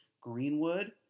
Greenwood